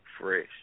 Fresh